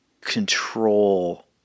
control